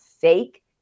fake